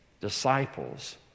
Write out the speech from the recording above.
disciples